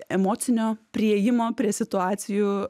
emocinio priėjimo prie situacijų